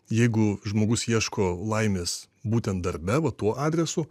jeigu žmogus ieško laimės būtent darbe va tuo adresu